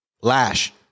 Lash